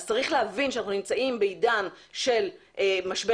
צריך להבין שאנחנו נמצאים בעידן של משבר